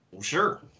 Sure